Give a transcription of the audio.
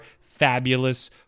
fabulous